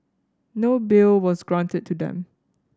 no bail was granted to them